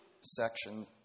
section